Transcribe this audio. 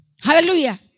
Hallelujah